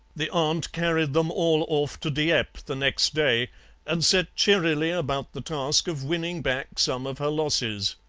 the aunt carried them all off to dieppe the next day and set cheerily about the task of winning back some of her losses.